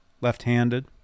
left-handed